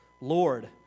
Lord